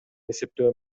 эсептөө